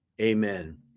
amen